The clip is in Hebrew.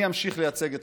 אני אמשיך לייצג אתכם.